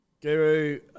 guru